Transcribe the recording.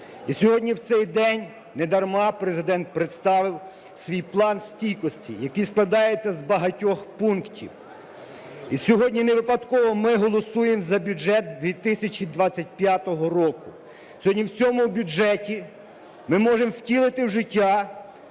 сьогодні в цей день недарма Президент представив свій План стійкості, який складається з багатьох пунктів, і сьогодні невипадково ми голосуємо за бюджет 2025 року. Сьогодні в цьому бюджеті ми можемо втілити в життя